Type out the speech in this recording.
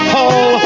Paul